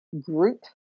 group